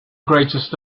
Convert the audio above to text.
greatest